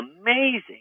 amazing